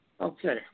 Okay